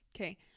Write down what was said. Okay